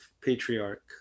patriarch